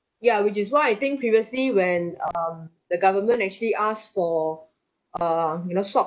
ya which is why I think previously when um the government actually ask for err you know swab